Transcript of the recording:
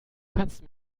kannst